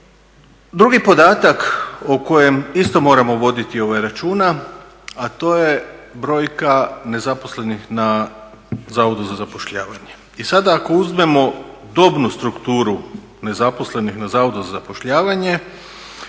Drugi podatak o kojem isto moramo voditi računa, a to je brojka nezaposlenih na Zavodu za zapošljavanje. I sada ako uzmemo dobnu strukturu nezaposlenih na Zavodu za zapošljavanje